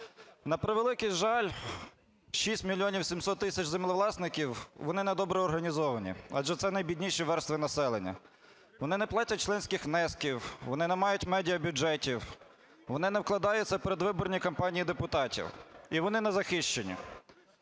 На превеликий жаль, 6 мільйонів 700 тисяч землевласників, вони не добре організовані, адже це найбідніші верстви населення, вони не платять членських внесків, вони не мають медіа бюджетів, вони не вкладаються у передвиборні кампанії депутатів і вони не захищені.